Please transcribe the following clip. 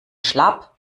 schlapp